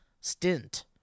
stint